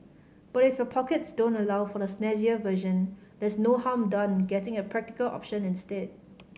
but if your pockets don't allow for the snazzier version there is no harm done getting a practical option instead